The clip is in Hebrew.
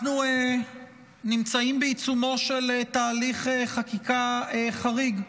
אנחנו נמצאים בעיצומו של תהליך חקיקה חריג.